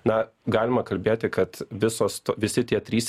na galima kalbėti kad visos to visi tie trys